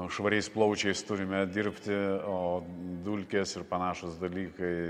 švariais plaučiais turime dirbti o dulkės ir panašūs dalykai